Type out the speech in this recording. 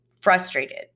frustrated